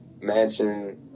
mansion